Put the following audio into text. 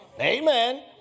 Amen